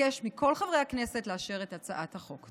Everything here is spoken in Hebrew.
אבקש מכל חברי הכנסת לאשר את הצעת החוק.